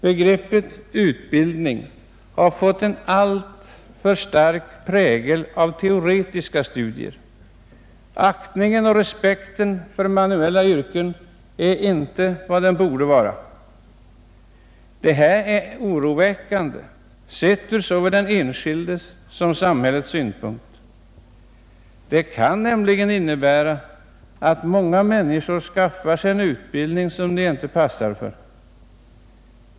Begreppet utbildning har fått en alltför stark prägel av teoretiska studier. Aktningen och respekten för manuella yrken är inte vad de borde vara. Det är oroväckande sett från såväl den enskildes som samhällets synpunkt. Det kan nämligen innebära att många människor skaffar sig en utbildning som de inte passar för.